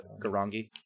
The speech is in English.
Garangi